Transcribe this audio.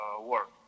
work